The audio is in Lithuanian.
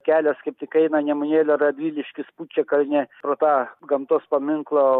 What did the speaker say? kelias kaip tik aina nemunėlio radviliškis pučiakalnė pro tą gamtos paminklo